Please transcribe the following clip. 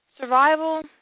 Survival